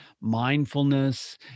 mindfulness